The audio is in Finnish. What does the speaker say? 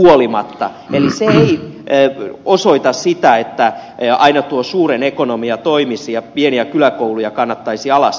eli se ei osoita sitä että aina tuo suuren ekonomia toimisi ja pieniä kyläkouluja kannattaisi alas ajaa